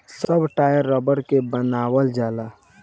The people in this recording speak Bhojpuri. सब टायर रबड़ के बनावल जाला